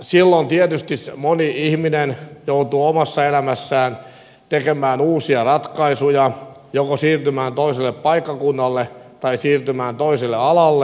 silloin tietysti moni ihminen joutuu omassa elämässään tekemään uusia ratkaisuja joko siirtymään toiselle paikkakunnalle tai siirtymään toiselle alalle